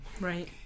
Right